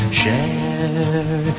share